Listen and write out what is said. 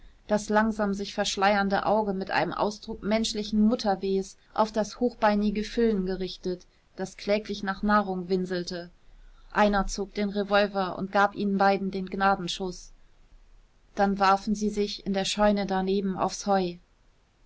das langsam sich verschleiernde auge mit einem ausdruck menschlichen mutterwehs auf das hochbeinige füllen gerichtet das kläglich nach nahrung winselte einer zog den revolver und gab ihnen beiden den gnadenschuß dann warfen sie sich in der scheune daneben aufs heu